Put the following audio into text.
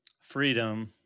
Freedom